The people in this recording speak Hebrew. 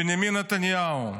בנימין נתניהו.